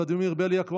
ולדימיר בליאק,